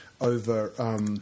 over